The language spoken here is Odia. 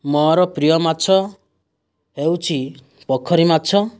ମୋର ପ୍ରିୟ ମାଛ ହେଉଛି ପୋଖରୀ ମାଛ